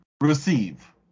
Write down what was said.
receive